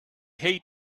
hate